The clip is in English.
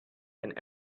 and